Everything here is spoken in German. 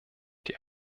die